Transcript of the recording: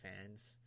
fans